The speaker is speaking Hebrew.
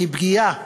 כפגיעה,